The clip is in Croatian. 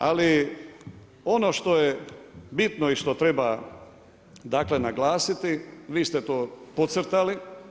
Ali ono što je bitno i što treba dakle naglasiti, vi ste to podcrtali.